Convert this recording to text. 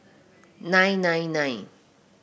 nine nine nine